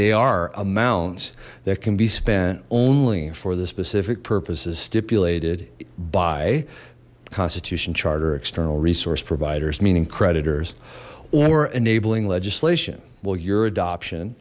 they are amounts that can be spent only for the specific purposes stipulated by constitution charter external resource providers meaning creditors or enabling legislation well your adoption